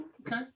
Okay